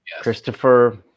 Christopher